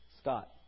Scott